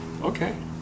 okay